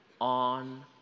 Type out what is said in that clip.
on